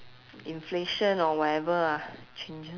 inflation or whatever ah changes